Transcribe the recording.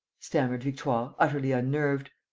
stammered victoire, utterly unnerved.